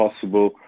possible